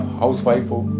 housewife